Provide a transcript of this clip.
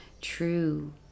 true